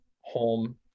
home